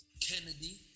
Kennedy